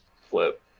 flip